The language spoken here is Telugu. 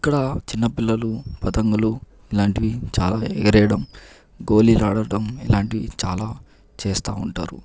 ఇక్కడ చిన్న పిల్లలు పతంగులు ఇలాంటివి చాలా ఎగరేయడం గోలి అడడం ఇలాంటివి చాలా చేస్తా ఉంటారు